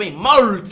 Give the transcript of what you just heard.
more